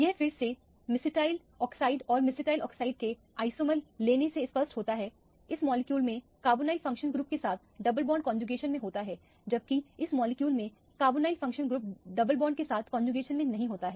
यह फिर से mesityl ऑक्साइड और mesityl ऑक्साइड के आइसोमर लेने से स्पष्ट होता है इस मॉलिक्यूल में कार्बोनिल फंक्शनल ग्रुप के साथ डबल बॉन्ड कौनजुकेशन में होता है जबकि इस मॉलिक्यूल में carbonyl functional group double bond के साथ कौनजुकेशन मैं नहीं होता है